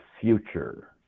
future